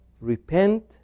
Repent